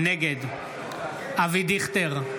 נגד אבי דיכטר,